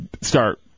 start